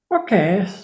Okay